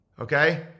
Okay